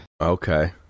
Okay